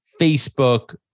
Facebook